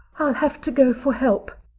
i'll have to go for help,